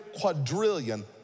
quadrillion